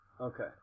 Okay